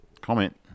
comment